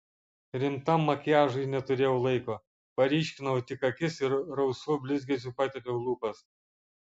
rimtam makiažui neturėjau laiko paryškinau tik akis ir rausvu blizgesiu patepiau lūpas